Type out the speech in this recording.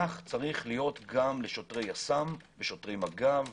כך צריך להיות גם לשוטרי יס"מ, לשוטרי מג"ב,